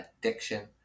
addiction